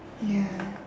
ya